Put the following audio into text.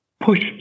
push